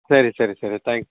ಸರಿ ಸರಿ ಸರಿ ತ್ಯಾಂಕ್